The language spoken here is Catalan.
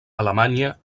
alemanya